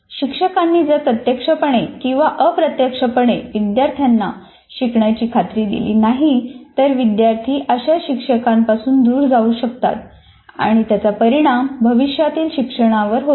शिक्षकांनी जर प्रत्यक्षपणे किंवा अप्रत्यक्षपणे विद्यार्थ्यांना शिकण्याची खात्री दिली नाही तर विद्यार्थी अशा शिक्षकांना पासून दूर जाऊ शकतात आणि त्याचा परिणाम भविष्यातील शिक्षणावर होतो